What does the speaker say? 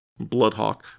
Bloodhawk